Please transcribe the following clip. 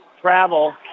travel